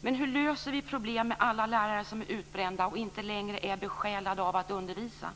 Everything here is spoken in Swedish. Men hur löser vi problemen med alla lärare som är utbrända och inte längre är besjälade av att undervisa?